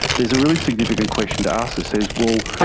there is a really significant question to ask that says, well,